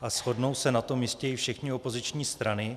A shodnou se na tom jistě i všechny opoziční strany.